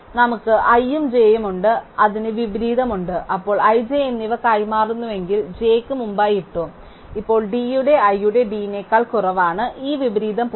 അതിനാൽ നമുക്ക് i ഉം j ഉം ഉണ്ട് അതിന് വിപരീതമുണ്ട് അപ്പോൾ i j എന്നിവ കൈമാറുന്നെങ്കിൽ j യ്ക്ക് മുമ്പായി ഇട്ടു ഇപ്പോൾ d യുടെ i യുടെ d നേക്കാൾ കുറവാണ് ഈ വിപരീതം പോയി